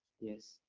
Yes